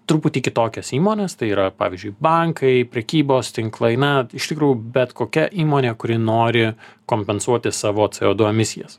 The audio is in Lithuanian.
truputį kitokias įmones tai yra pavyzdžiui bankai prekybos tinklai na iš tikrų bet kokia įmonė kuri nori kompensuoti savo c o du emisijas